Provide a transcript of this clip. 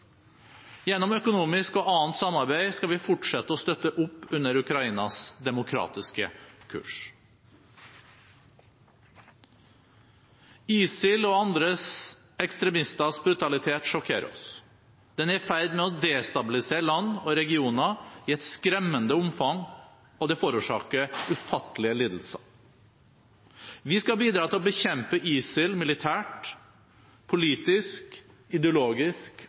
Gjennom økonomisk og annet samarbeid skal vi fortsette å støtte opp under Ukrainas demokratiske kurs. ISIL og andre ekstremisters brutalitet sjokkerer oss. Den er i ferd med å destabilisere land og regioner i et skremmende omfang, og det forårsaker ufattelige lidelser. Vi skal bidra til å bekjempe ISIL militært, politisk, ideologisk